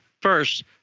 first